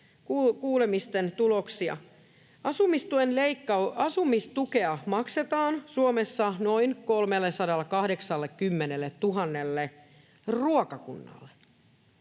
kuulemisten tuloksia. Asumistukea maksetaan Suomessa noin 380 000 ruokakunnalle.